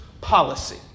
policy